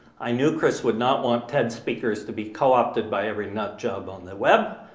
i knew chris would not want ted speakers to be co-opted by every nut job on the web,